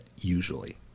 usually